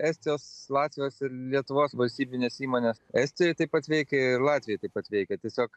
estijos latvijos ir lietuvos valstybinės įmonės estijoj taip pat veikia ir latvijoj taip pat veikia tiesiog